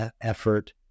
effort